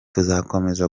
tuzakomeza